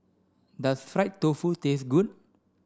does fried tofu taste good